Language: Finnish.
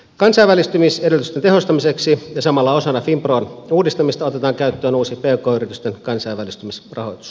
kansainvälistymisedellytysten tehostamiseksi ja samalla osana finpron uudistamista otetaan käyttöön uusi pk yritysten kansainvälistymisrahoitus